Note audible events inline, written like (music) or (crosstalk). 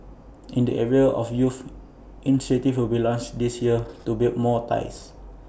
(noise) in the area of youth initiatives will be launched this year to build more ties